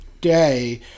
day